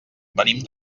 venim